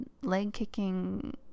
leg-kicking